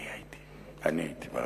אני הייתי בהפגנה.